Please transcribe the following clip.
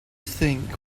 think